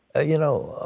ah you know,